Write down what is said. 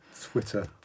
Twitter